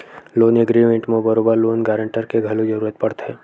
loan agreement म बरोबर loan guarantor के घलो जरुरत पड़थे